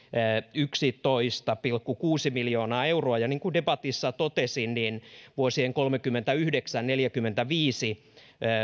yksitoista pilkku kuusi miljoonaa euroa niin kuin debatissa totesin vuosien kolmekymmentäyhdeksän viiva neljäkymmentäviisi